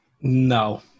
No